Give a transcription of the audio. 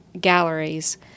galleries